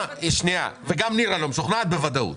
וגם נירה לא משוכנעת בוודאות.